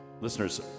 Listeners